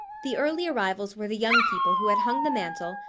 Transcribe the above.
the early arrivals were the young people who had hung the mantel,